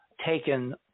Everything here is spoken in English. taken